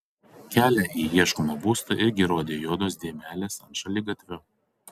kelią į ieškomą būstą irgi rodė juodos dėmelės ant šaligatvio